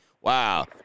Wow